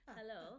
Hello